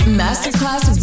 masterclass